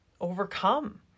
overcome